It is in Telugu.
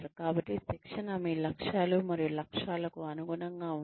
కాబట్టి శిక్షణ మీ లక్ష్యాలు మరియు లక్ష్యాలకు అనుగుణంగా ఉంటే